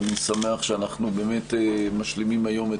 אני שמח שאנחנו באמת משלימים היום את